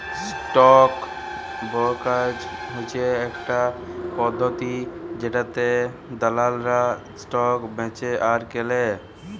stock brokerage হচ্যে ইকটা পদ্ধতি জেটাতে দালালরা স্টক বেঁচে আর কেলে